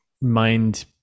mind